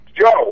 Joe